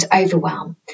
overwhelm